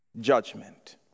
judgment